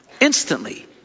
instantly